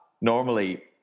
normally